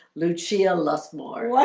lucia lust more